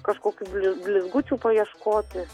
kažkokių bliz blizgučių paieškoti